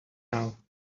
now